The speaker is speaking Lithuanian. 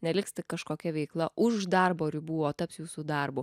neliks tik kažkokia veikla už darbo ribų o taps jūsų darbu